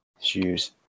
shoes